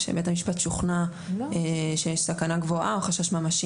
שבית המשפט שוכנע שיש סכנה גבוהה או חשש ממשי.